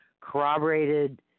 corroborated